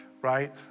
right